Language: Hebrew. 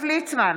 יעקב ליצמן,